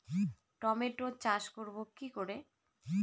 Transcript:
Tomato চাষ করব কি করে?